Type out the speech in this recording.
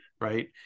right